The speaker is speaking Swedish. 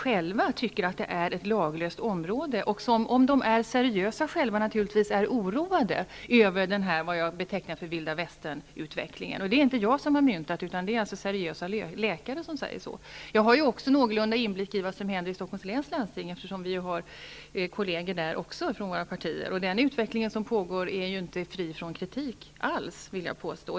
De tycker själva att det är ett laglöst område, och de som är seriösa är oroade över den här, som jag betecknar den, Vilda västernutvecklingen. Jag har också en någorlunda bra inblick i vad som händer i Stockholms läns landsting, eftersom vi har partikolleger där, och den utveckling som pågår är inte alls fri från kritik.